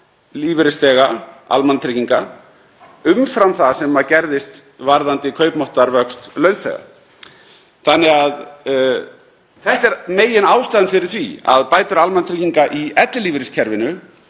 lífeyrisþega almannatrygginga umfram það sem gerðist varðandi kaupmáttarvöxt launþega. Þetta er meginástæðan fyrir því að bætur almannatrygginga í ellilífeyriskerfinu